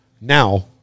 now